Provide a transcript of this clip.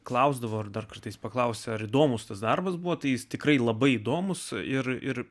klausdavo ar dar kartais paklausia ar įdomūs tas darbas buvo tai tikrai labai įdomūs ir ir